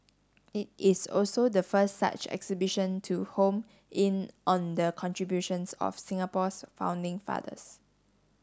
it is also the first such exhibition to home in on the contributions of Singapore's founding fathers